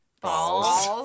balls